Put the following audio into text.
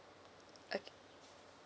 okay